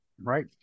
Right